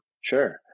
Sure